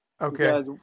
Okay